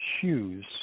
shoes